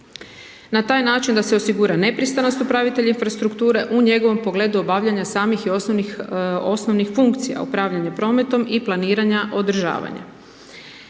Na taj način da se osigura nepristranost upravitelja infrastrukture u njegovom pogledu obavljanja samih i osnovnih, osnovnih funkcija, upravljanje prometom i planiranja održavanja.